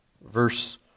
verse